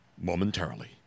momentarily